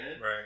Right